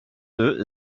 deux